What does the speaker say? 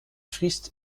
vriest